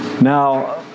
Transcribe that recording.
Now